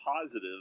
positive